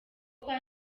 kwa